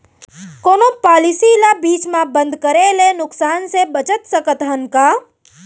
कोनो पॉलिसी ला बीच मा बंद करे ले नुकसान से बचत सकत हन का?